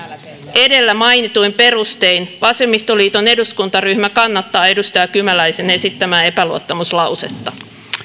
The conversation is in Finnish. edellä mainituin perustein vasemmistoliiton eduskuntaryhmä kannattaa edustaja kymäläisen esittämää epäluottamuslausetta